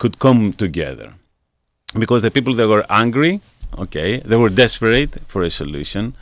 could come together because the people there were angry ok they were desperate for a solution